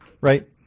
right